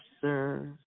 sir